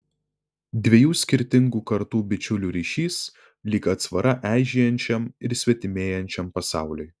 dviejų skirtingų kartų bičiulių ryšys lyg atsvara eižėjančiam ir svetimėjančiam pasauliui